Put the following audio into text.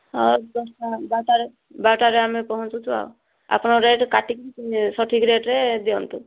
ହଉ ଦଶଟା ବାରଟା ବାରଟାରେ ଆମେ ପହଞ୍ଚୁଛୁ ଆଉ ଆପଣ ରେଟ୍ କାଟିକରି ସଠିକ୍ ରେଟ୍ରେ ଦିଅନ୍ତୁ